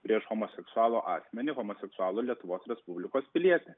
prieš homoseksualų asmenį homoseksualų lietuvos respublikos pilietį